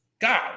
God